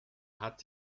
hat